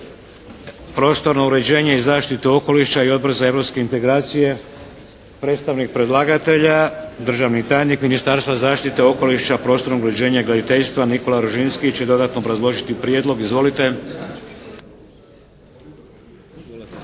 prostorno uređenje i zaštitu okoliša i Odbor za europske integracije. Predstavnik predlagatelja državni tajnik Ministarstva zaštite okoliša, prostornog uređenja i graditeljstva Nikola Ružinski će dodatno obrazložiti prijedlog. Izvolite.